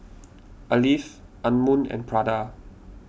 Alive Anmum and Prada